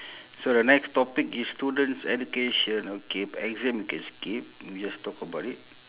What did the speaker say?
so the next topic is students' education okay exam we can skip we just talk about it